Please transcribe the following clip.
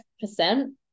percent